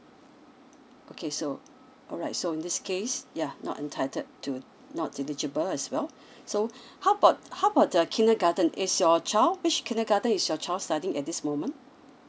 okay so alright so in this case yeah not entitled to not eligible as well so how about how about the kindergarten is your child which kindergarten is your child studying at this moment